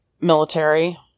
military